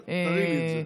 תראי לי את זה.